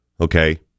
okay